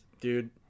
Dude